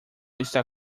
está